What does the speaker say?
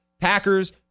Packers